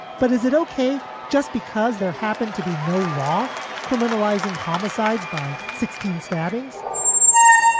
but is it okay just because there happened to be no law criminalizing homicides by sixteen stabbings?